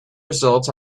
results